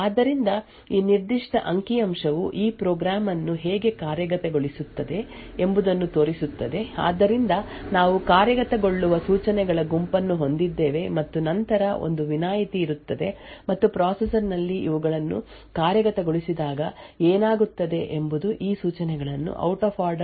ಆದ್ದರಿಂದ ಈ ನಿರ್ದಿಷ್ಟ ಅಂಕಿ ಅಂಶವು ಈ ಪ್ರೋಗ್ರಾಂ ಅನ್ನು ಹೇಗೆ ಕಾರ್ಯಗತಗೊಳಿಸುತ್ತದೆ ಎಂಬುದನ್ನು ತೋರಿಸುತ್ತದೆ ಆದ್ದರಿಂದ ನಾವು ಕಾರ್ಯಗತಗೊಳ್ಳುವ ಸೂಚನೆಗಳ ಗುಂಪನ್ನು ಹೊಂದಿದ್ದೇವೆ ಮತ್ತು ನಂತರ ಒಂದು ವಿನಾಯಿತಿ ಇರುತ್ತದೆ ಮತ್ತು ಪ್ರೊಸೆಸರ್ ನಲ್ಲಿ ಇವುಗಳನ್ನು ಕಾರ್ಯಗತಗೊಳಿಸಿದಾಗ ಏನಾಗುತ್ತದೆ ಎಂಬುದು ಈ ಸೂಚನೆಗಳನ್ನು ಸ್ಪೆಕ್ಯುಟೇಟಿವ್ಲಿ ಕಾರ್ಯಗತಗೊಳಿಸಲಾಗುತ್ತದೆ ಮತ್ತು ಔಟ್ ಆಫ್ ಆರ್ಡರ್